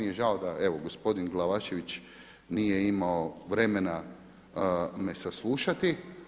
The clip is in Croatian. Meni je žao da evo gospodin Glavašević nije imao vremena me saslušati.